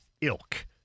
ilk